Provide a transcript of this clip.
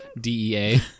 DEA